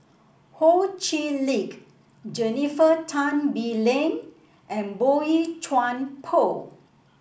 Ho Chee Lick Jennifer Tan Bee Leng and Boey Chuan Poh